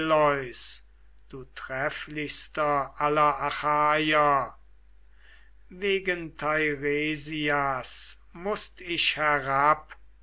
du trefflichster aller achaier wegen teiresias mußt ich herab